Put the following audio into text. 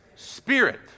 Spirit